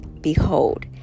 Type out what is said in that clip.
Behold